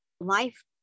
life